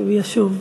כשהוא ישוב.